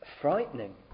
Frightening